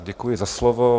Děkuji za slovo.